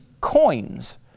coins